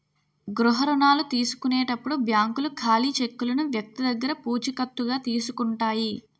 గృహ రుణాల తీసుకునేటప్పుడు బ్యాంకులు ఖాళీ చెక్కులను వ్యక్తి దగ్గర పూచికత్తుగా తీసుకుంటాయి